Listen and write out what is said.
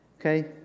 Okay